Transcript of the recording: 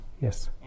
Yes